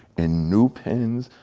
and new pens,